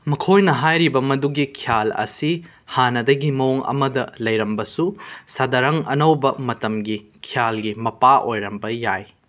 ꯃꯈꯣꯏꯅ ꯍꯥꯏꯔꯤꯕ ꯃꯗꯨꯒꯤ ꯈ꯭ꯌꯥꯜ ꯑꯁꯤ ꯍꯥꯟꯅꯗꯒꯤ ꯃꯑꯣꯡ ꯑꯃꯗ ꯂꯩꯔꯝꯕꯁꯨ ꯁꯗꯔꯪ ꯑꯅꯧꯕ ꯃꯇꯝꯒꯤ ꯈ꯭ꯌꯥꯜꯒꯤ ꯃꯄꯥ ꯑꯣꯏꯔꯝꯕ ꯌꯥꯏ